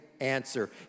answer